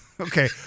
Okay